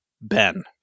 Ben